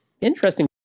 interesting